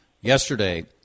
yesterday